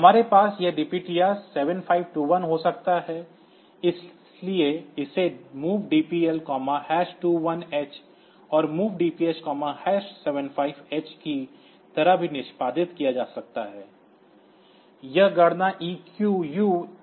हमारे पास यह DPTR 7521 हो सकता है इसलिए इसे MOV DPL 21H और MOV DPH 75 H की तरह भी निष्पादित किया जा सकता है